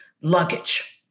luggage